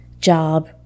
job